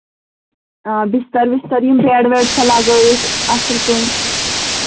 آ بِستَر وِستَر یِم بٮ۪ڈ وٮ۪ڈ چھےٚ لَگٲیِتھ اَصٕل پٲنۍ